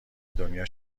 دنیا